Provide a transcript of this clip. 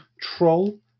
troll